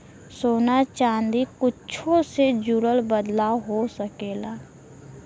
सोना चादी कुच्छो से जुड़ल बदलाव हो सकेला